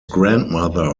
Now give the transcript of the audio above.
grandmother